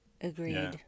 Agreed